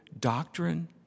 doctrine